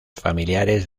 familiares